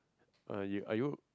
are you are you